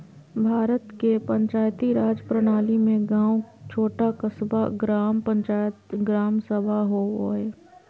भारत के पंचायती राज प्रणाली में गाँव छोटा क़स्बा, ग्राम पंचायत, ग्राम सभा होवो हइ